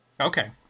Okay